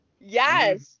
Yes